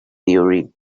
stories